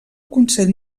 consell